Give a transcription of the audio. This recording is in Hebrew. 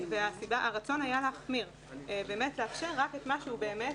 הרצון היה להחמיר, ולאפשר רק את מה שבאמת,